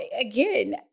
again